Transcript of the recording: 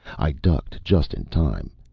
i ducked, just in time.